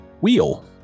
Wheel